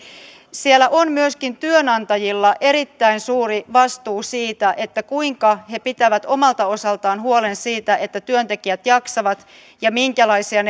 siellä on myöskin työnantajilla erittäin suuri vastuu siinä kuinka he pitävät omalta osaltaan huolen siitä että työntekijät jaksavat ja minkälaisia